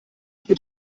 sich